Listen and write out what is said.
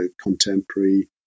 contemporary